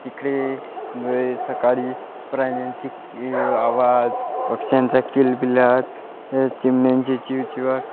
तिकडे ए सकाळी प्राण्यांची की आवाज पक्ष्यांचा किलबिलाट हे चिमण्यांची चिवचिवाट